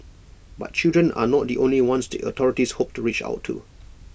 but children are not the only ones the authorities hope to reach out to